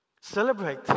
celebrate